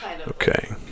okay